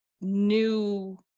new